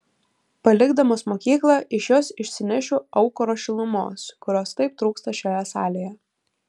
palikdamas mokyklą iš jos išsinešiu aukuro šilumos kurios taip trūksta šioje salėje